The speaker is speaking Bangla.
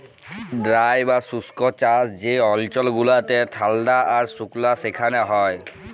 ড্রাই বা শুস্ক চাষ যে অল্চল গুলা ঠাল্ডা আর সুকলা সেখালে হ্যয়